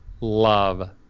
love